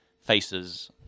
faces